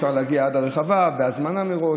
אפשר להגיע עד הרחבה בהזמנה מראש.